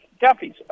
duffy's